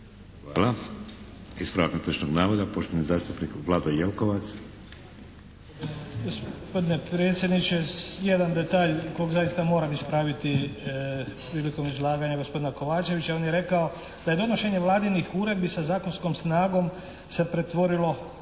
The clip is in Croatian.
Hvala. Ispravak netočnog navoda, poštovani zastupnik Vlado Jelkovac. **Jelkovac, Vlado (HDZ)** Gospodine predsjedniče jedan detalj kojeg zaista moram ispraviti prilikom izlaganja gospodina Kovačevića. On je rekao da je donošenje vladinih uredbi sa zakonskom snagom se pretvorilo u